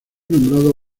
nombrado